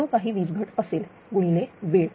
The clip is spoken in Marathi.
जो काही विज घट असेल गुणिले वेळ